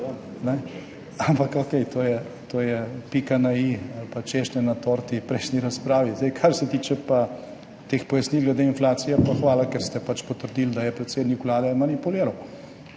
Ampak okej, to je pika na i ali pa češnja na torti prejšnji razpravi. Kar se pa tiče teh pojasnil glede inflacije, pa hvala, ker ste pač potrdili, da je predsednik Vlade manipuliral.